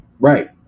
Right